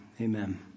amen